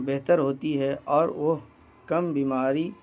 بہتر ہوتی ہے اور وہ کم بیماری